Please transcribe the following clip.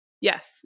Yes